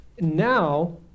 Now